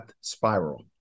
spiral